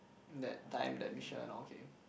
that time that mission okay